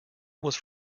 was